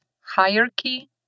hierarchy